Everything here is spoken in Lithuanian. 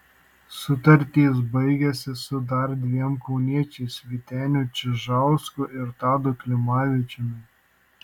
sutartys baigiasi su dar dviem kauniečiais vyteniu čižausku ir tadu klimavičiumi